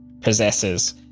possesses